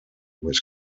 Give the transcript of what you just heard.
was